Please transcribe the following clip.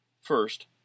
First